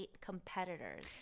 competitors